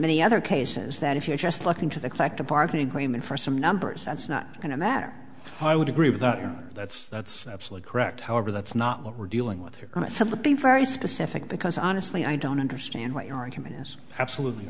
many other cases that if you just look into the collective bargaining agreement for some numbers that's not going to matter i would agree with that that's that's absolutely correct however that's not what we're dealing with here going to be very specific because honestly i don't understand what your argument is absolutely